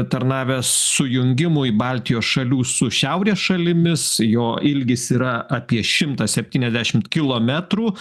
tarnavęs sujungimui baltijos šalių su šiaurės šalimis jo ilgis yra apie šimtas septyniasdešimt kilometrų